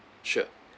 sure